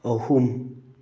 ꯑꯍꯨꯝ